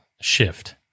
shift